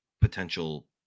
potential